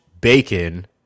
bacon